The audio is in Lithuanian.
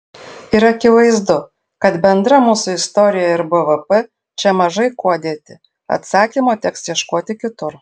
ir akivaizdu kad bendra mūsų istorija ir bvp čia mažai kuo dėti atsakymo teks ieškoti kitur